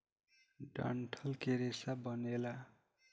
डंठल के रेसा बनेला